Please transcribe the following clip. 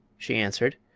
she answered,